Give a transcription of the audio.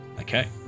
Okay